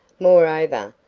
moreover,